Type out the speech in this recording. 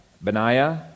Benaiah